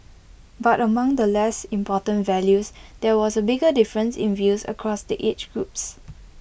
but among the less important values there was A bigger difference in views across the age groups